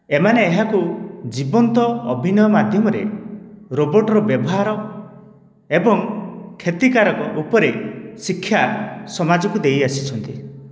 ଏମାନେ ଏହାକୁ ଜୀବନ୍ତ ଅଭିନୟ ମାଧ୍ୟମରେ ରୋବୋଟର ବ୍ୟବହାର ଏବଂ କ୍ଷତିକାରକ ଉପରେ ଶିକ୍ଷା ସମାଜକୁ ଦେଇ ଆସିଛନ୍ତି